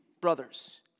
brothers